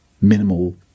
minimal